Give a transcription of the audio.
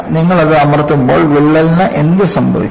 നിങ്ങൾ അത് അമർത്തുമ്പോൾ വിള്ളലിന് എന്ത് സംഭവിക്കും